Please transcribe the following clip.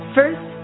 First